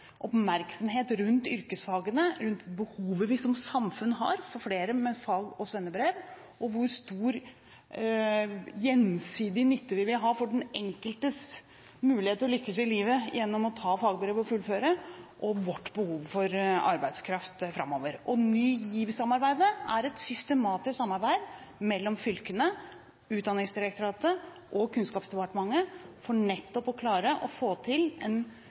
oppmerksomhet rundt yrkesfagene og behovet vi som samfunn har for flere med fag- og svennebrev, og hvor stor gjensidig nytte vi vil få av den enkeltes mulighet til å lykkes i livet gjennom å ta fagbrev og fullføre, og vårt behov for arbeidskraft framover. Ny GIV-samarbeidet er et systematisk samarbeid mellom fylkene, Utdanningsdirektoratet og Kunnskapsdepartementet for nettopp å klare å få til en